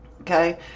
Okay